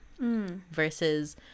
Versus